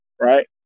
right